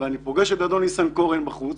ואני פוגש את אדון ניסנקורן בחוץ